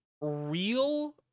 real